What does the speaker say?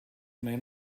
may